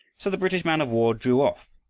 so the british man-of-war drew off,